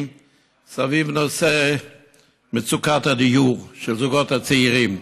סביב נושא מצוקת הדיור של הזוגות הצעירים.